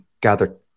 gather